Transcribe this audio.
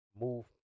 move